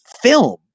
film